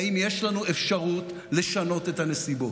ואם יש לנו אפשרות לשנות את הנסיבות.